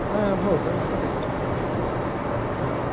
हा भवतु पठतु चिन्ता नास्ति आं